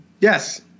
yes